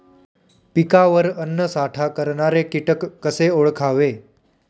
पिकावर अन्नसाठा करणारे किटक कसे ओळखावे?